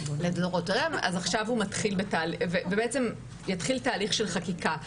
בעצם יתחיל הליך של חקיקה,